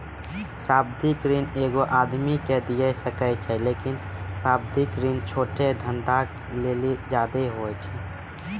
सावधिक ऋण एगो आदमी के दिये सकै छै लेकिन सावधिक ऋण छोटो धंधा लेली ज्यादे होय छै